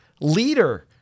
Leader